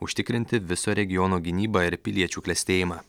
užtikrinti viso regiono gynybą ir piliečių klestėjimą